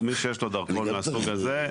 מי שיש לו דרכון מהסוג הזה,